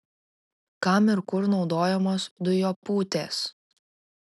kam ir kur naudojamos dujopūtės